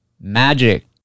magic